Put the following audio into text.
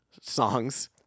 songs